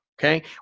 okay